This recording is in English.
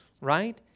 right